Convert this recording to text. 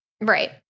right